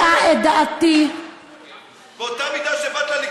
הוא ילמד אותך מה זה להיות ליכודניק ומה זה להיות בית"ר.